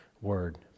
word